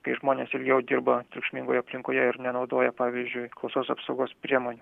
kai žmonės ilgiau dirba triukšmingoje aplinkoje ir nenaudoja pavyzdžiui klausos apsaugos priemonių